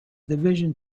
division